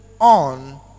on